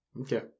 Okay